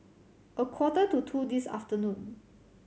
a quarter to two this afternoon